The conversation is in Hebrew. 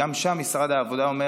גם שם משרד העבודה אומר: